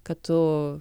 kad tu